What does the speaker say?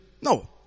No